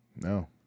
No